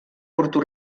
porto